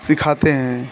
सिखाते हैं